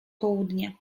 południa